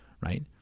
Right